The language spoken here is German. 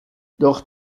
doch